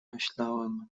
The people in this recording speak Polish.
myślałem